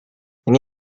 ini